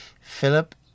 Philip